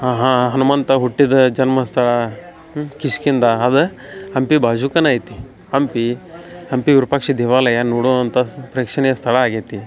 ಹನುಮಂತ ಹುಟ್ಟಿದ ಜನ್ಮಸ್ಥಳ ಕಿಷ್ಕಿಂಧ ಅದ ಹಂಪಿ ಬಾಜುಕೇನ ಐತಿ ಹಂಪಿ ಹಂಪಿ ವಿರೂಪಾಕ್ಷ ದೇವಾಲಯ ನೋಡುವಂಥ ಸ್ ಪ್ರೇಕ್ಷಣೀಯ ಸ್ಥಳ ಆಗೇತಿ